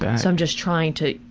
bet. so i'm just trying to,